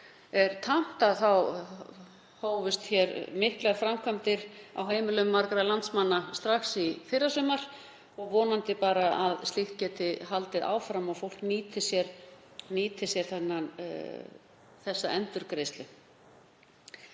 er tamt hófust miklar framkvæmdir á heimilum margra landsmanna strax í fyrrasumar og vonandi getur það bara haldið áfram og fólk nýtt sér þessa endurgreiðslu.